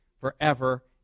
forever